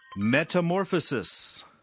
Metamorphosis